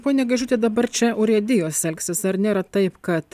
pone gaižuti dabar čia urėdijos elgsis ar nėra taip kad